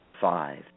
five